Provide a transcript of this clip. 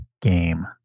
game